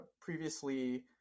previously